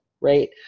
right